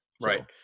Right